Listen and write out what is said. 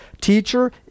teacher